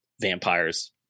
vampires